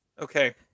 Okay